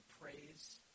praise